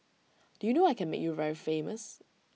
do you know I can make you very famous